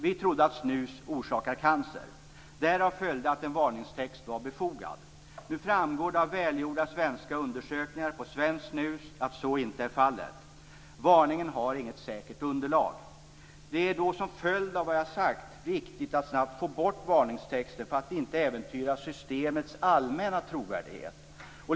Vi trodde att snus orsakade cancer. Därav följde att en varningstext var befogad. Nu framgår det av välgjorda svenska undersökningar på svenskt snus att så inte är fallet. Varningen har inget säkert underlag. Det är då som följd av vad jag har sagt viktigt att snabbt få bort varningstexten för att inte äventyra systemets allmänna trovärdighet.